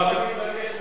אני כל פעם מתרגש מחדש,